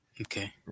Okay